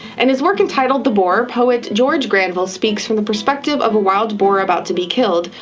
and his work entitled the boar, poet george granville speaks from the perspective of a wild boar about to be killed,